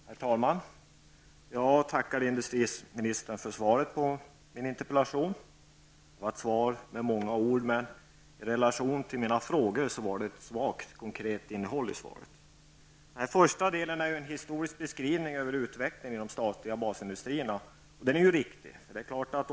Herr talman! Jag tackar industriministern för svaret på min interpellation. Svaret var ordrikt, men i relation till mina frågor var innehållet inte särskilt konkret. Den första delen av svaret är en historisk beskrivning över utvecklingen inom de statliga basindustrierna. Det är en riktig beskrivning.